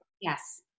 yes